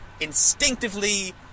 instinctively